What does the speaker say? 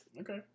Okay